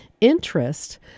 Interest